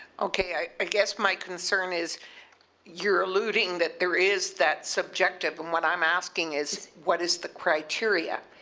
okay. i ah guess my concern is you're eluding that there is that subjective and what i'm asking is what is the criteria,